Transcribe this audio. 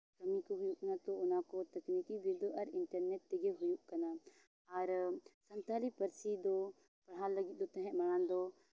ᱠᱟᱹᱢᱤ ᱠᱚ ᱦᱩᱭᱩᱜ ᱠᱟᱱᱟ ᱛᱚ ᱚᱱᱟ ᱠᱚ ᱛᱟᱠᱱᱤᱠᱤ ᱵᱤᱫᱽᱫᱟᱹ ᱟᱨ ᱤᱱᱴᱟᱨᱱᱮᱴ ᱛᱮᱜᱮ ᱦᱩᱭᱩᱜ ᱠᱟᱱᱟ ᱟᱨ ᱥᱟᱱᱛᱟᱲᱤ ᱯᱟᱹᱨᱥᱤ ᱫᱚ ᱯᱟᱲᱦᱟᱣ ᱞᱟᱹᱜᱤᱫ ᱛᱟᱦᱮᱸᱫ ᱢᱟᱲᱟᱝ ᱫᱚ